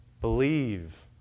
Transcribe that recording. believe